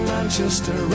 Manchester